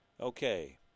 Okay